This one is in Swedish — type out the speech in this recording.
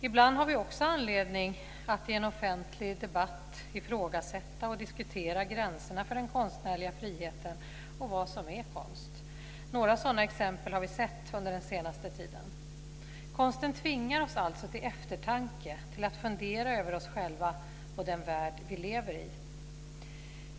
Ibland har vi också anledning att i en offentlig debatt ifrågasätta och diskutera gränserna för den konstnärliga friheten och vad som är konst. Några sådana exempel har vi sett under den senaste tiden. Konsten tvingar oss alltså till eftertanke, till att fundera över oss själva och den värld vi lever i.